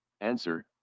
Answer